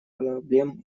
проблем